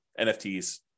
NFTs